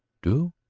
do?